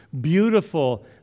Beautiful